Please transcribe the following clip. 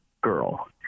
girl